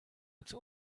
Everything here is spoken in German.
ans